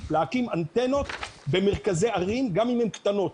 להקים אנטנות במרכזי ערים גם אם הן קטנות.